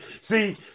See